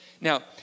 Now